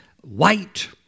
white